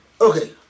Okay